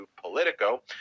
Politico